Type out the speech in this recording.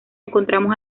encontramos